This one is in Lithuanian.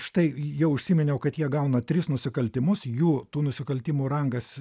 štai jau užsiminiau kad jie gauna tris nusikaltimus jų tų nusikaltimų rangas